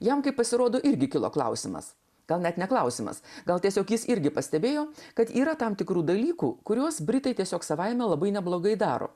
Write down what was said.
jam kaip pasirodo irgi kilo klausimas gal net ne klausimas gal tiesiog jis irgi pastebėjo kad yra tam tikrų dalykų kuriuos britai tiesiog savaime labai neblogai daro